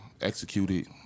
executed